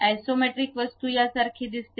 isometric वस्तू यासारखे दिसते